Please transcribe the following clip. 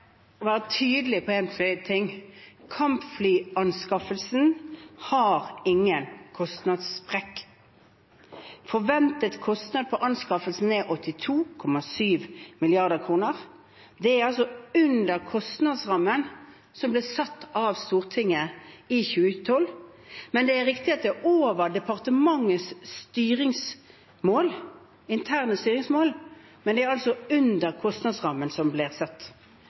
være tydelig på én ting: Kampflyanskaffelsen har ingen kostnadssprekk. Forventet kostnad for anskaffelsen er 82,7 mrd. kr. Det er under kostnadsrammen som ble satt av Stortinget i 2012. Det er riktig at det er over Forsvarsdepartementets interne styringsmål, men det er altså under kostnadsrammen som ble satt.